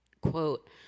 quote